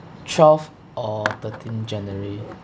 twelve or thirteen january